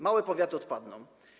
Małe powiaty odpadną.